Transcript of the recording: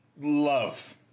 love